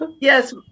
Yes